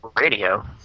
radio